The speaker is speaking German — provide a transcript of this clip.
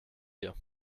hier